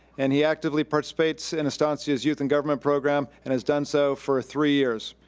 and he actively participates in estancia's youth in government program, and has done so for three years.